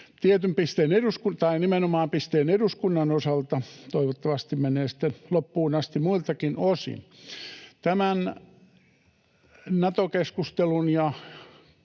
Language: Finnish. nimenomaan eduskunnan osalta, toivottavasti menee sitten loppuun asti muiltakin osin. Tämän Nato-keskustelun ja